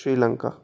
Sri Lanka